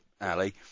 Ali